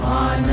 on